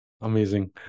Amazing